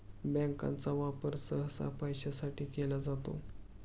बँकांचा वापर सहसा पैशासाठी केला जातो